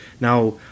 Now